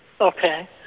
Okay